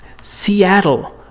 Seattle